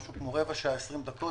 משהו כמו רבע שעה-20 דקות.